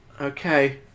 Okay